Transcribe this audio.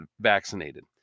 vaccinated